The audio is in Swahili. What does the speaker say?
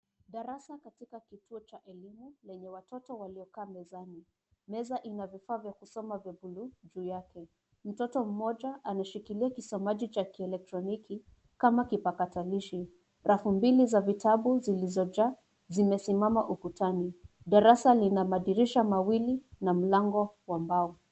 Darasa katika kituo cha elimu yenye watoto waliokaa mezani. Meza ina vifaa vya kusoma vya bluu juu yake. Mtoto mmoja anashikilia kisomaji cha kielektroniki, kama kipakatalishi. Rafu mbili za vitabu zilizojaa, zimesimama ukutani. Darasa lina madirisha mawili na mlango wa mbao.